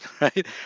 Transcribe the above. right